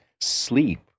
sleep